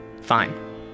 Fine